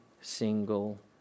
single